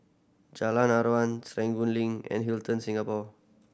Jalan Aruan Serangoon Link and Hilton Singapore